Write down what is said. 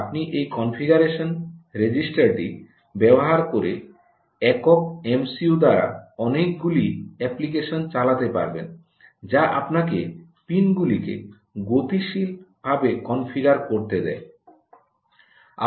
আপনি এই কনফিগারেশন রেজিস্ট্রারটি ব্যবহার করে একক এমসিইউ দ্বারা অনেক গুলি অ্যাপ্লিকেশন চালাতে পারবেন যা আপনাকে পিনগুলিকে গতিশীল ভাবে কনফিগার করতে দেয়